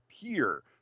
appear